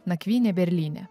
nakvynė berlyne